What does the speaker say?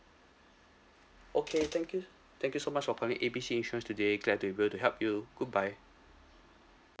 okay thank you thank you so much for calling A B C insurance today glad to be able to help you goodbye